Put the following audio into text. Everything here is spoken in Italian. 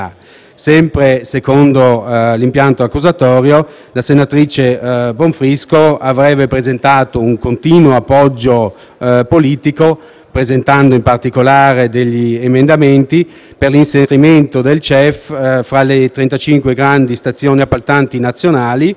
Sempre secondo l'impianto accusatorio, la senatrice Bonfrisco avrebbe offerto un continuo appoggio politico, presentando, in particolare, degli emendamenti per l'inserimento del CEV fra le 35 grandi stazioni appaltanti nazionali,